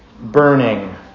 burning